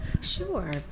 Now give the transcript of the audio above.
sure